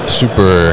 super